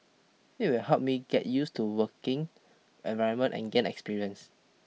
it will help me get used to working environment and gain experience